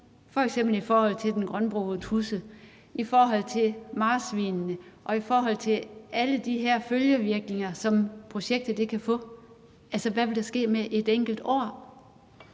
f.eks. i forhold til den grønbrogede tudse, i forhold til marsvinene og i forhold til alle de her følgevirkninger, som projektet kan få? Hvad ville der ske ved et enkelt år?